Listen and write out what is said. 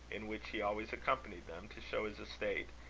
in which he always accompanied them, to show his estate,